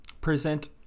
present